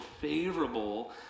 favorable